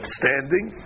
standing